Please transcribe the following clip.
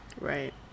right